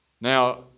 Now